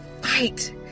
fight